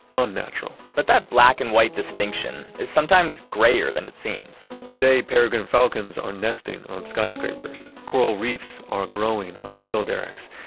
unnatural but that black and white distinction is sometimes grayer than it seems today, peregrine falcons are nesting on skyscrapers. coral reefs are growing on oil derricks,